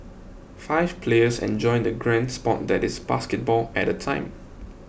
five players enjoy the grand sport that is basketball at a time